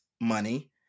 money